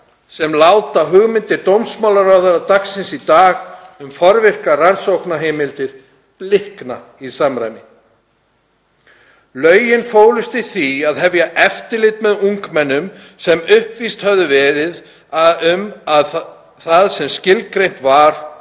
sem láta hugmyndir dómsmálaráðherra dagsins í dag, um forvirkar rannsóknarheimildir, blikna í samanburðinum. Lögin fólust í því að hefja eftirlit með ungmennum sem uppvís höfðu orðið að því sem skilgreint var